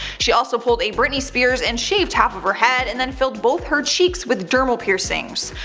she also pulled a britney spears and shaved half of her head, and then filled both her cheeks with dermal piercings.